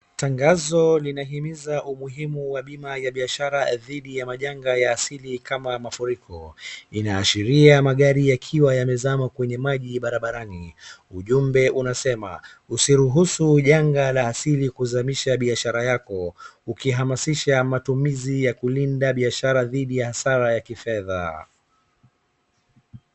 Tangazo linahimiza umihumu wa bima ya biashara dhidi ya majanga ya asili kama mafuriko, inaashiria magari yakiwa yamezama kwenye maji barabarani, ujumbe unasema usiruhusu janga la asili kuzamisha biashara yako ukihamasisha matumizi ya kulinda biashara dhidi ya hasara ya kifedha